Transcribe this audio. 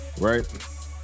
Right